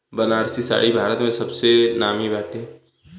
बनारसी साड़ी भारत में सबसे नामी बाटे